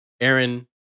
Aaron